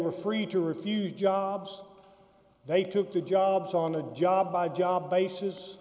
were free to refuse jobs they took the jobs on a job by job